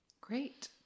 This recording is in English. Great